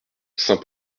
saint